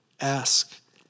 ask